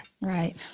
Right